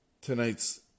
tonight's